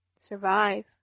Survive